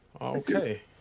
okay